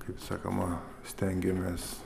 kaip sakoma stengiamės